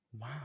wow